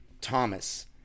Thomas